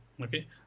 Okay